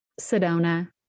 Sedona